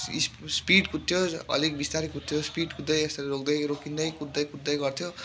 speed कुद्थ्यो अलिक बिस्तारो कुद्थ्यो स्पिड कुद्दै यसरी रोक्दै रोकिँदै कुद्दै कुद्दै गर्थ्यो